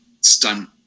stunt